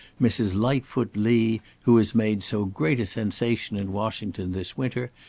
mrs. lightfoot lee, who has made so great a sensation in washington this winter,